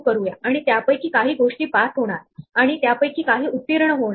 इथे आपल्याला या दोन्ही सेटमध्ये जे एलिमेंट आहेत म्हणजेच ज्या संख्या विषम आणि मूळ संख्या आहेत त्या मिळतील